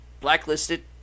blacklisted